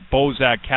Bozak